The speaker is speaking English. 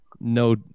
No